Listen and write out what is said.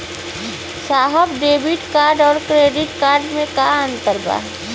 साहब debit card और credit card में का अंतर बा?